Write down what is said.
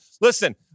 Listen